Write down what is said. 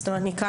זאת אומרת ניכר